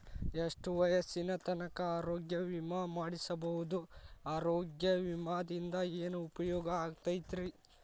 ಎಷ್ಟ ವಯಸ್ಸಿನ ತನಕ ಆರೋಗ್ಯ ವಿಮಾ ಮಾಡಸಬಹುದು ಆರೋಗ್ಯ ವಿಮಾದಿಂದ ಏನು ಉಪಯೋಗ ಆಗತೈತ್ರಿ?